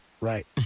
Right